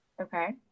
okay